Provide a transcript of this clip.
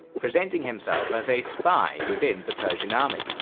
presenting himself as a spy within the persian army.